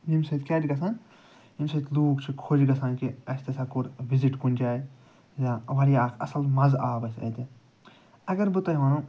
ییٚمہِ سۭتۍ کیٛاہ چھُ گژھان ییٚمہِ سۭتۍ لوٗکھ چھِ خۄش گژھان کہِ اسہِ ہسا کوٚر وِزِٹ کُنہِ جایہِ یا واریاہ اَکھ اصٕل مَزٕ آو اسہِ اَتہِ اَگر بہٕ تۄہہِ وَنہو